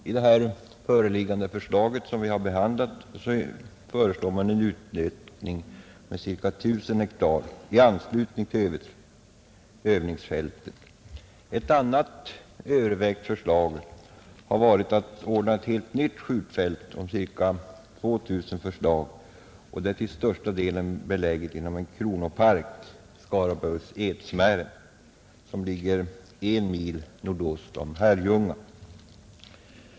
I det här föreliggande förslaget föreslås en utökning av fältet med ca 1 000 hektar i anslutning till övningsfältet. Ett annat övervägt förslag har varit att anordna ett nytt skjutfält på ca 2 000 hektar, till största delen beläget inom en kronopark, Skaraborgs Edsmären, som ligger en mil nordost om Herrljunga.